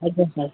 ଆଜ୍ଞା ସାର୍